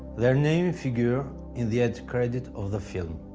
their names figure in the end credits of the film.